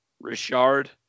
richard